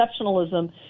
exceptionalism